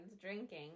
drinking